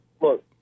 Look